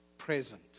present